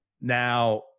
Now